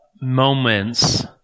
moments